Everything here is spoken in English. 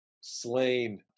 slain